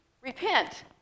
repent